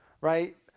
right